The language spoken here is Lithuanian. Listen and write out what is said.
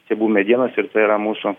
stiebų medienos ir tai yra mūsų